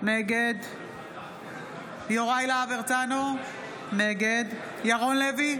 נגד יוראי להב הרצנו, נגד ירון לוי,